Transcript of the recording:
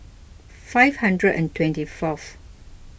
five hundred and twenty fourth